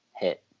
hit